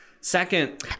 Second